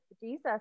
Jesus